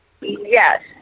Yes